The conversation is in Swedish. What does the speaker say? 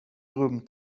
rum